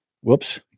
whoops